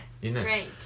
Great